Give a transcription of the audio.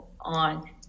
on